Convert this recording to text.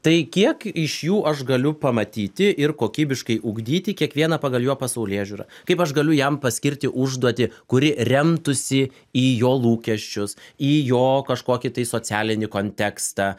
tai kiek iš jų aš galiu pamatyti ir kokybiškai ugdyti kiekvieną pagal jo pasaulėžiūrą kaip aš galiu jam paskirti užduotį kuri remtųsi į jo lūkesčius į jo kažkokį tai socialinį kontekstą